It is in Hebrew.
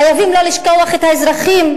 חייבים לא לשכוח את האזרחים.